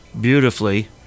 beautifully